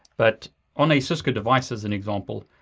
but on a cisco device as an example,